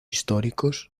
históricos